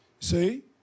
See